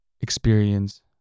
experience